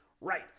right